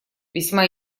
весьма